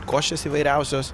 košės įvairiausios